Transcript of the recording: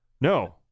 No